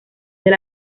del